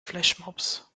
flashmobs